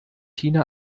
tina